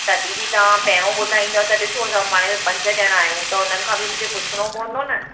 तॾहिं बि तव्हां पहिरों ॿुधाईंदव त डि॒सो पंज छह ॼणा आहियूं त हुननि खां बि मूंखे पुछिणो पवंदो ना